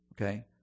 Okay